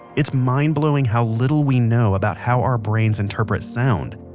it's mind blowing how little we know about how our brains interpret sound,